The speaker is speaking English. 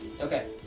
Okay